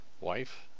wife